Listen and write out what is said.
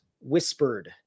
whispered